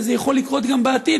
וזה יכול לקרות גם בעתיד,